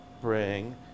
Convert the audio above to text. bring